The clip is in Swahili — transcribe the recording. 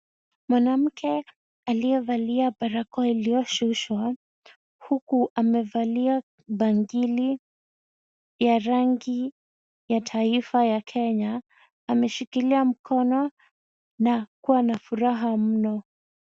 Mwanamke aliyevalia barakoa iliyoshushwa, huku amevalia bangili ya rangi ya taifa ya Kenya ameshikilia mkono na kuwa na furaha mno.